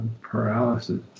paralysis